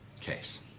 case